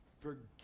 forget